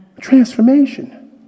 Transformation